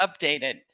updated